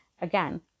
Again